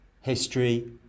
history